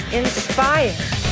inspired